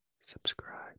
Subscribe